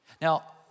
Now